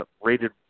rated